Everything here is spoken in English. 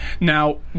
Now